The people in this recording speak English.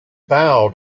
bowed